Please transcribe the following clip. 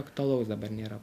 aktualaus dabar nėra